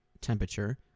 temperature